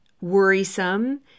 worrisome